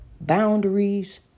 boundaries